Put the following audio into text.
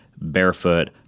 barefoot